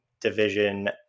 division